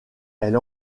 elle